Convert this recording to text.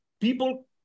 People